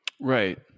Right